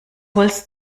holz